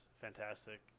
fantastic